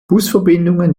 busverbindungen